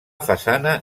façana